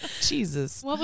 Jesus